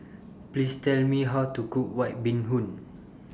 Please Tell Me How to Cook White Bee Hoon